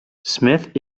smith